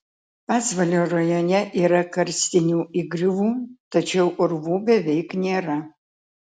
pasvalio rajone yra karstinių įgriuvų tačiau urvų beveik nėra